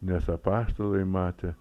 nes apaštalai matė